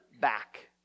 back